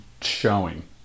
showing